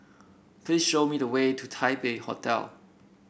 please show me the way to Taipei Hotel